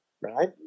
right